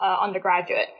undergraduate